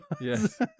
Yes